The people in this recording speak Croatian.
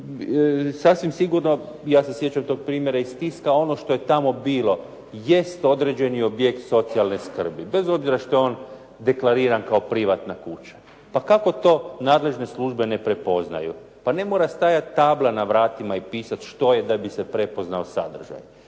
sasvim sigurno, ja se sjećam tog primjera iz tiska, ono što je tamo bilo jest određeni objekt socijalne skrbi, bez obzira što je on deklariran kao privatna kuća. Pa kako to nadležne službe ne prepoznaju? Pa ne mora stajat tabla na vratima i pisat što je da bi se prepoznao sadržaj.